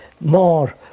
more